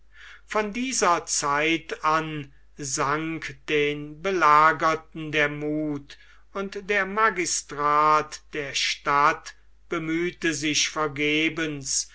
von dieser zeit an sank den belagerten der muth und der magistrat der stadt bemühte sich vergebens